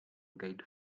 guide